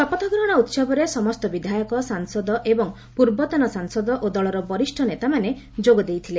ଶପଥ ଗ୍ରହଶ ଉହବରେ ସମସ୍ତ ବିଧାୟକ ସାଂସଦ ଏବଂ ପୂର୍ବତନ ସାଂସଦ ଓ ଦଳର ବରିଷ ନେତାମାନେ ଯୋଗଦେଇଥିଲେ